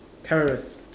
terrorist